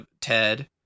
Ted